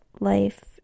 life